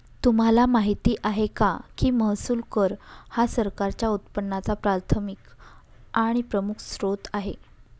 तुम्हाला माहिती आहे का की महसूल कर हा सरकारच्या उत्पन्नाचा प्राथमिक आणि प्रमुख स्त्रोत आहे